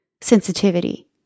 sensitivity